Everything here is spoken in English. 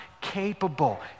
capable